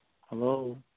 Hello